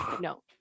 No